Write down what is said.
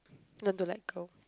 learn to let go